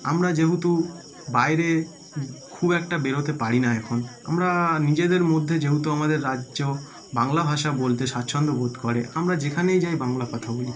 আমরা যেহেতু বাইরে খুব একটা বেরোতে পারি না এখন আমরা নিজেদের মধ্যে যেহেতু আমাদের রাজ্য বাংলা ভাষা বলতে স্বাচ্ছন্দ্য বোধ করে আমরা যেখানেই যাই বাংলা কথা বলি